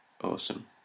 Awesome